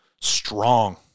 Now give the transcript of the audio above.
strong